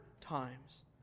times